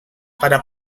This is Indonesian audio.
pada